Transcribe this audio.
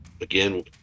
Again